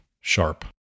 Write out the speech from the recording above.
sharp